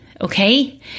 okay